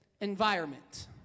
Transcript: environment